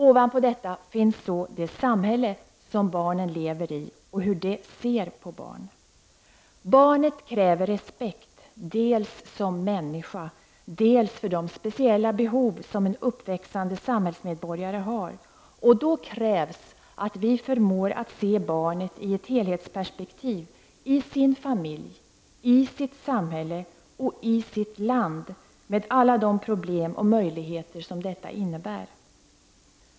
Över detta finns så det samhälle som barnen lever i och hur det ser på barn. Barnet kräver respekt, dels som människa, dels för de speciella behov som en uppväxande samhällsmedborgare har. Då krävs att vi förmår att se barnet i ett helhetsperspektiv i sin familj, i sitt samhälle och i sitt land, med alla de problem och möjligheter som detta innebär.